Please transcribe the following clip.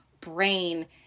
brain